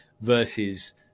versus